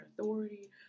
authority